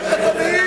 איך אתה מעז?